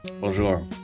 Bonjour